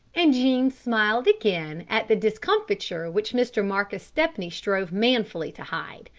and jean smiled again at the discomfiture which mr. marcus stepney strove manfully to hide.